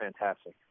fantastic